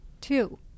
Two